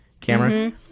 camera